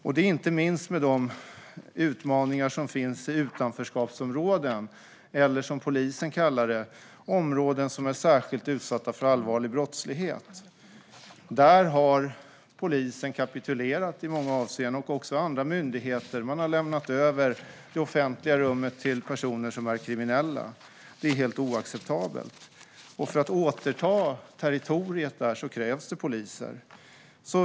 Det gäller inte minst de utmaningar som finns i utanförskapsområden eller, som polisen kallar dem, områden som är särskilt utsatta för allvarlig brottslighet. Där har polisen i många avseenden kapitulerat, liksom många andra myndigheter. Man har lämnat över det offentliga rummet till personer som är kriminella. Det är helt oacceptabelt, och för att återta territoriet där krävs det poliser.